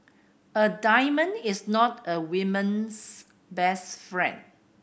a diamond is not a woman's best friend